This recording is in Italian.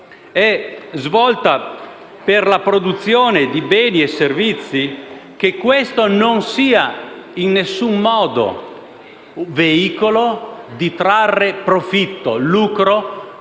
svolta per la produzione di beni e servizi, che questo non sia in alcun modo veicolo di profitto, di lucro